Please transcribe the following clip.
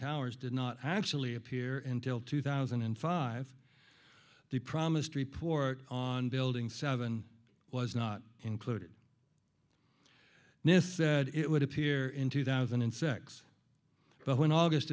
towers did not actually appear in till two thousand and five the promised report on building seven was not included nist said it would appear in two thousand and six but when august